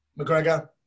McGregor